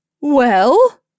Well